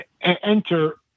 Enter